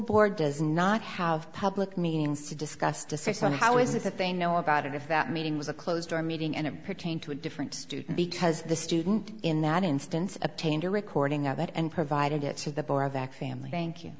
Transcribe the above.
board does not have public meetings to discuss to say so how is it that they know about it if that meeting was a closed door meeting and it pertained to a different student because the student in that instance obtained a recording of it and provided it to the bar of that family thank you